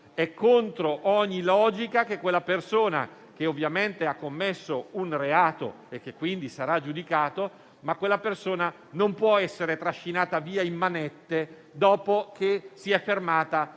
È contro ogni logica che quella persona, che certamente ha commesso un reato e che quindi sarà giudicato, venga trascinata via in manette dopo che si è fermata